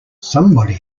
somebody